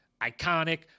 iconic